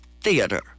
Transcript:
Theater